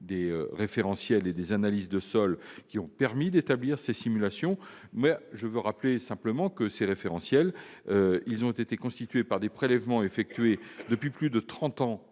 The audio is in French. des référentiels et des analyses de sols qui ont permis d'établir les simulations. Je rappelle que ces référentiels ont été constitués à partir des prélèvements effectués depuis plus de trente